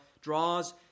draws